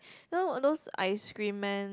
you know those ice cream man